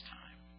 time